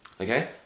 okay